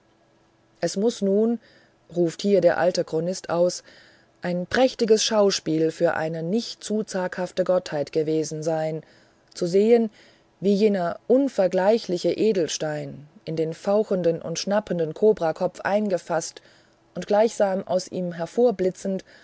es muß nun ruft hier der alte chronist aus ein prächtiges schauspiel für eine nicht zu zaghafte gottheit gewesen sein zu sehen wie jener unvergleichliche edelstein in den fauchenden und schnappenden kobrakopf eingefaßt und gleichsam aus ihm